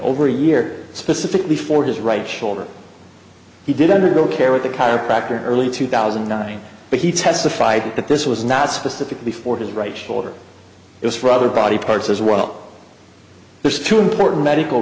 over a year specifically for his right shoulder he did undergo care with a chiropractor early two thousand and nine but he testified that this was not specifically for his right shoulder it was for other body parts as well there's two important medical